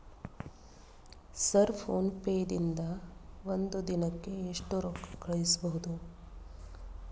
Sir PhonePe ದಿಂದ ಒಂದು ದಿನಕ್ಕೆ ಎಷ್ಟು ರೊಕ್ಕಾ ಕಳಿಸಬಹುದು?